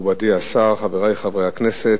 תודה רבה לך, מכובדי השר, חברי חברי הכנסת,